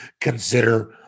consider